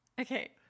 Okay